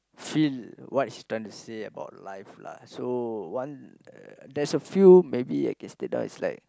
feel what he's trying to say about life lah so one uh there's a few maybe I can state down is like